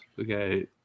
Okay